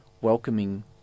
welcoming